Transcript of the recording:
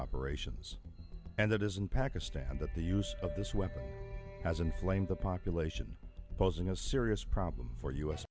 operations and that is in pakistan but the use of this weapon has inflamed the population posing a serious problem for us